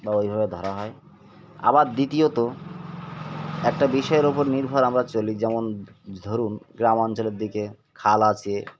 বা ওইভাবে ধরা হয় আবার দ্বিতীয়ত একটা বিষয়ের ওপর নির্ভর আমরা চলি যেমন ধরুন গ্রামাঞ্চলের দিকে খাল আছে